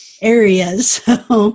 areas